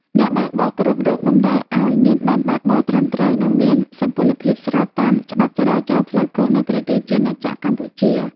អ្នកបើកបរគ្រប់រូបតម្រូវឱ្យមានប័ណ្ណបើកបរត្រឹមត្រូវ និងមានសុពលភាពស្របតាមច្បាប់ចរាចរណ៍ផ្លូវគោកនៃព្រះរាជាណាចក្រកម្ពុជា។